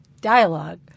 dialogue